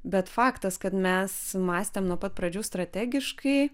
bet faktas kad mes mąstėm nuo pat pradžių strategiškai